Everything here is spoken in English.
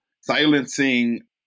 silencing